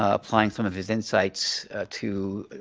applying some of his insights to